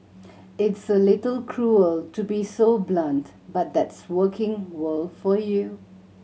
it's a little cruel to be so blunt but that's working world for you